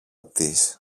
της